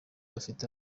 afite